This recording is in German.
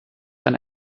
eine